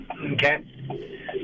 Okay